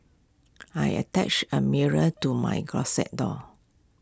I attached A mirror to my closet door